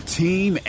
team